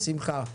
בשמחה.